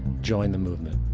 join the movement.